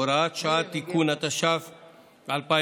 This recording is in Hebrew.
הוראת שעה, תיקון), התש"ף 2020,